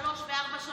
שלוש וארבע,